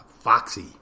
foxy